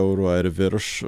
eurų ar virš